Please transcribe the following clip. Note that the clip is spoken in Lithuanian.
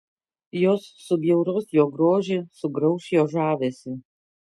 jos subjauros jo grožį sugrauš jo žavesį